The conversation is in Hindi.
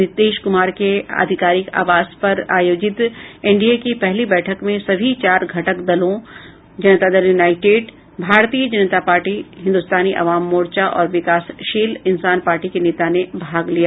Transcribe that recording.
नीतीश कुमार के आधिकारिक आवास पर आयोजित एनडीए की पहली बैठक में सभी चार घटक दलों जनता दल यूनाइटेड भारतीय जनता पार्टी हिन्दुस्तानी आवाम मोर्चा और विकासशील इंसान पार्टी के नेता ने भाग लिया